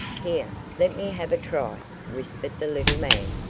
here, let me have a try, whispered the little man.